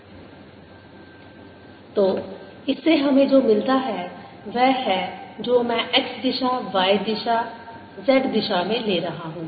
EyxyEyxyEy∂xxy ∂tBxy Ey∂x Bz∂t तो इससे हमें जो मिलता है वह है जो मैं x दिशा y दिशा z दिशा ले रहा हूं